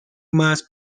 más